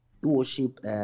Worship